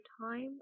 time